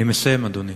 אני מסיים, אדוני.